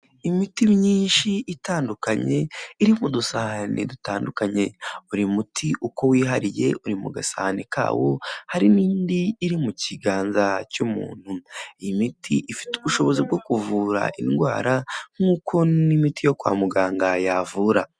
Imiti myinshi itandukanye iri ku dusahane dutandukanye buri muti uko wihariye uri mu gasani kawo hari n'indi iri mu kiganza cy'umuntu, iyi miti ifite ubushobozi bwo kuvura indwara nk'uko n'imiti yo kwa muganga yavura.